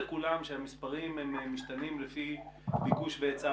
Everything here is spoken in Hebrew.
האם נכנסתם לפרטים של כמה ההשתתפות?